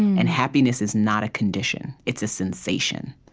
and happiness is not a condition. it's a sensation.